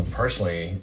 personally